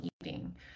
eating